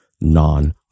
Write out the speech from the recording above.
non